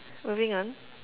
moving on